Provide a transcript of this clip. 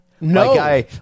No